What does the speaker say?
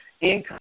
income